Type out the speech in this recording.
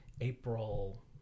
April